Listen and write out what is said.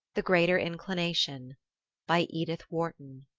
the greater inclination by edith wharton